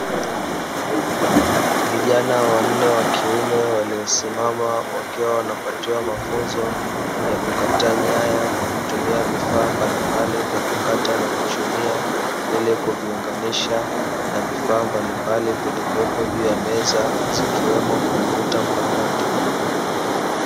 Vijana wanne wa kiume waliosimama wakiwa wanapatiwa mafunzo ya kukata nyaya kwa kutumia vifaa mbalimbali vya kukata na kuchunia ili kuviunganisha na vifaa mbalimbali vilivyopo juu ya meza zikiwemo kompyuta mpakato.